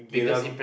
Geylang